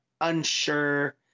unsure